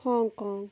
Hong Kong